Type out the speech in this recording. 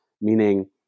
meaning